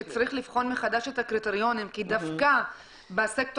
שצריך לבחון מחדש את הקריטריונים כי דווקא בסקטור